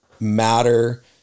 matter